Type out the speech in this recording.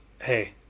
hey